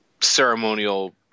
ceremonial –